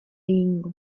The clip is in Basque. egingo